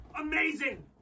amazing